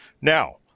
Now